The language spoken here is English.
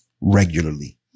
regularly